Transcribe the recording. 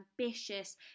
ambitious